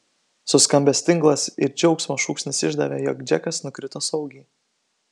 suskambęs tinklas ir džiaugsmo šūksnis išdavė jog džekas nukrito saugiai